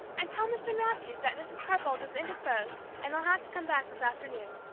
and tell mr. mathews that mrs. carr-boldt is indisposed and he'll have to come back this afternoon.